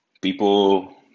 people